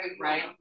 Right